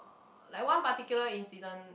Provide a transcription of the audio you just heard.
like one particular incident